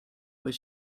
was